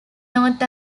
north